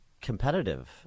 competitive